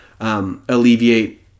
Alleviate